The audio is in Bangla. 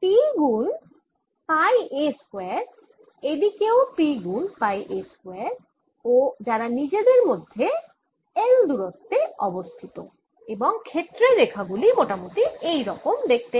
P গুণ পাই a স্কয়ার এদিকেও P গুণ পাই a স্কয়ার ও যারা নিজেদের মধ্যে l দূরত্বে অবস্থিত এবং ক্ষেত্রের রেখাগুলি মোটামুটি এই রকম দেখতে হয়